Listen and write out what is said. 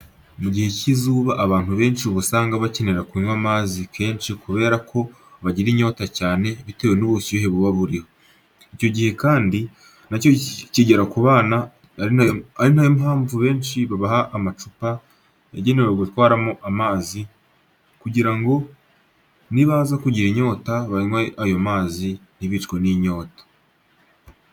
Mu gihe cy'izuba abantu benshi uba usanga bakenera kunywa amazi kenshi kubera ko bagira inyota cyane bitewe n'ubushyuhe buba buriho. Icyo gihe kandi na cyo kigera ku bana ari na yo mpamvu benshi babaha amacupa yagenewe gutwarwamo amazi kugira ngo nibaza kugira inyota banywe ayo mazi ntibicwe n'inyota.